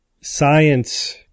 science